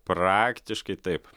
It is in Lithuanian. praktiškai taip